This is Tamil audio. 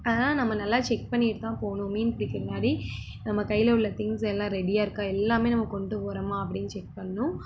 அதனா நம்ம நல்லா செக் பண்ணிட்டு தான் போகணும் மீன் பிடிக்கிறதுக்கு முன்னாடி நம்ம கையில உள்ள திங்க்ஸ் எல்லாம் ரெடியாக இருக்கா எல்லாமே நம்ப கொண்டுபோகறோமா அப்படின்னு செக் பண்ணணும்